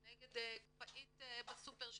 ביטול אגרת בית משפט כבר הפצנו את התקנות, אנחנו